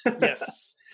Yes